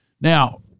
Now